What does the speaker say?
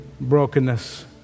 brokenness